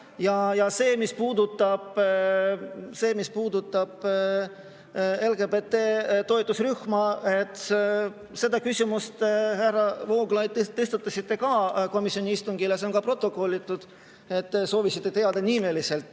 Ja mis puudutab LGBT toetusrühma, siis selle küsimuse te, härra Vooglaid, tõstatasite ka komisjoni istungil. See on ka protokollitud, et te soovisite teada nimeliselt,